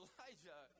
Elijah